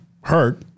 hurt